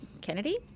Kennedy